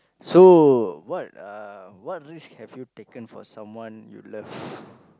so what are what risk have you taken for someone you love